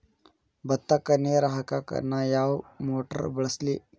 ಭತ್ತಕ್ಕ ನೇರ ಹಾಕಾಕ್ ನಾ ಯಾವ್ ಮೋಟರ್ ಬಳಸ್ಲಿ?